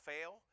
fail